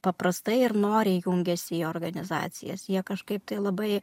paprastai ir noriai jungiasi į organizacijas jie kažkaip tai labai